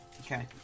Okay